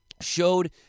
showed